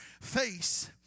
face